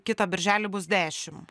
kitą birželį bus dešim